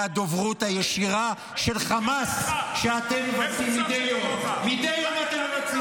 מהדוברות הישירה של חמאס שאתם מבצעים מדי יום.